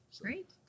Great